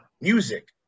music